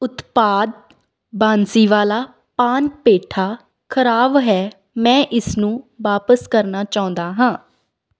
ਉਤਪਾਦ ਬਾਂਸੀਵਾਲਾ ਪਾਨ ਪੇਠਾ ਖਰਾਬ ਹੈ ਮੈਂ ਇਸਨੂੰ ਵਾਪਸ ਕਰਨਾ ਚਾਹੁੰਦਾ ਹਾਂ